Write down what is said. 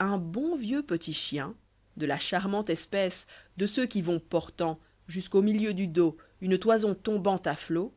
un bon vieux petit chien de la charmante espèce de ceux qui vont portant jusqu'au milieu du dos une toison tombante à flots